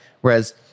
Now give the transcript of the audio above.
Whereas